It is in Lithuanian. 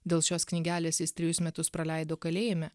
dėl šios knygelės jis trejus metus praleido kalėjime